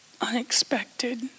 unexpected